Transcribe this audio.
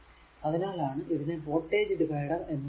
അതിനാലാണ് ഇതിനെ voltage divider എന്ന് പറയുക